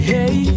Hey